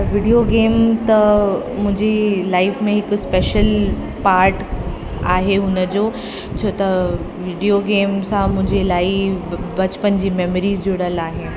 त video game त मुंहिंजी लाइफ में हिक स्पेशल पाट आहे हुन जो छो त वीडियो गेम सां मुंहिंजे इलाही बचपन जी मेमरीस जुड़ियल आहिनि